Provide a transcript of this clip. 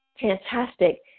Fantastic